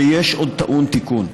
ויש עוד טעון תיקון.